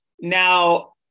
now